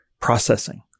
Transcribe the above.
processing